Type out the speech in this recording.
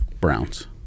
Browns